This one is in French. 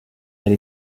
elle